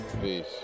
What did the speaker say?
Peace